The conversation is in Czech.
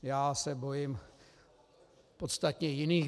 Já se bojím podstatně jiných běsů.